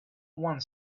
one